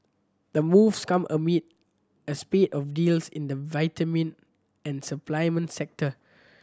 the moves come amid a spate of deals in the vitamin and supplement sector